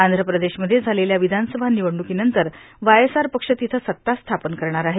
आंध्र प्रदेशमध्ये झालेल्या विधानसभा निवडणुकीनंतर वायएसआर पक्ष तिथं सत्ता स्थापन करणार आहे